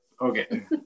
okay